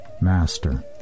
master